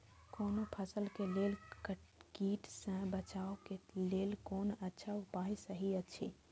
कोनो फसल के लेल कीट सँ बचाव के लेल कोन अच्छा उपाय सहि अछि?